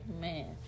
man